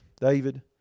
David